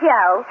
Joe